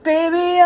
Baby